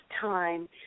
time